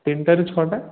ତିନିଟାରୁ ଛଅଟା